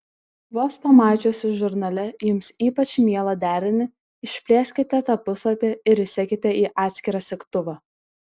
vos pamačiusi žurnale jums ypač mielą derinį išplėskite tą puslapį ir įsekite į atskirą segtuvą